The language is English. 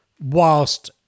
whilst